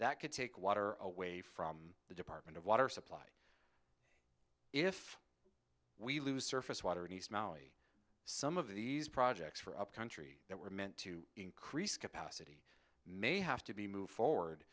that could take water away from the department of water supply if we lose surface water in east maui some of these projects for upcountry that were meant to increase capacity may have to be moved forward